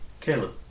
Caleb